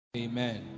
amen